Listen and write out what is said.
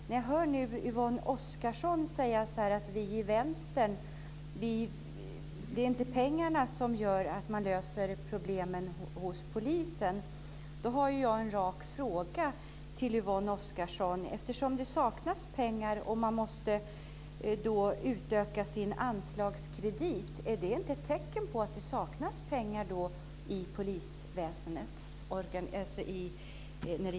Nu hör jag Yvonne Oscarsson säga att för Vänsterpartiet är det inte pengarna som gör att man löser problemen inom polisen. Då har jag en rak fråga till Yvonne Oscarsson om det här med att det saknas pengar. Nu måste man ju utöka sin anslagskredit. Är inte det ett tecken på att det saknas pengar i polisväsendet?